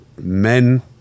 Men